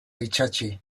itsatsi